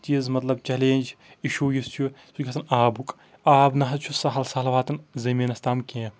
چیٖز مطلب challenge issue یُس چھُ سُہ چھُ گژھان آبُک آب نَہ حظ چھُ سَہَل سَہَل واتان زمیٖنَس تام کیٚنٛہہ